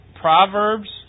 proverbs